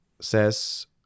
says